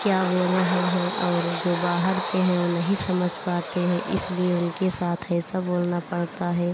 क्या बोल रहे हैं और जो बाहर के हैं वो नहीं समझ पाते हैं इसलिए उनके साथ ये सब बोलना पड़ता है